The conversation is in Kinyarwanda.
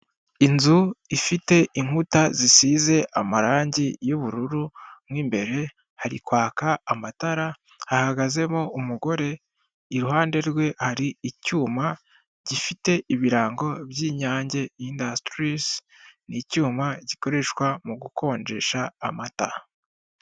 Inzu ifite inkuta zisize amarangi y'ubururu mo imbere hari kwaka amatara, hahagazemo umugore iruhande rwe hari icyuma gifite ibirango by'inyange indasitirizi, n'icyuma gikoreshwa mugukonjesha amata.